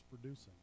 producing